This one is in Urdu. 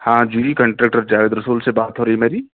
ہاں جی کانٹریکٹر جاوید رسول سے بات ہو رہی ہے میری